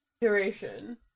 duration